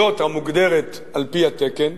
זאת המוגדרת על-פי התקן,